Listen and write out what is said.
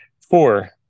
four